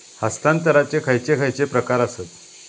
हस्तांतराचे खयचे खयचे प्रकार आसत?